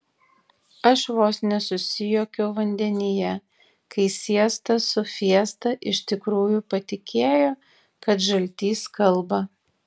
aš vos nesusijuokiau vandenyje kai siesta su fiesta iš tikrųjų patikėjo kad žaltys kalba